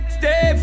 stay